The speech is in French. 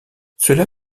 cela